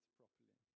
properly